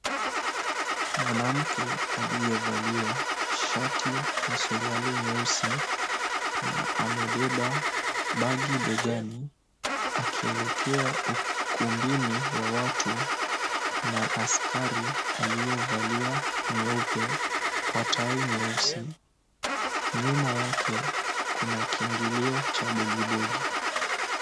Mwanamke aliyevalia shati na suruali nyeusi amebeba bagi begani akielekea ukumbini wa watu na askari aliyevalia nyeupe kwa tai nyeusi. Nyuma yake kuna kiingilio cha bogibogi.